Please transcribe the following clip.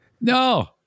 No